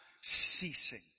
ceasing